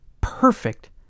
perfect